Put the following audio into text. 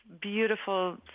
beautiful